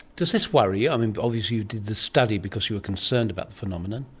does this worry you? i mean, obviously you did this study because you were concerned about the phenomenon.